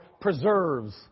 preserves